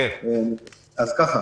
אז ככה